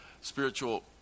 spiritual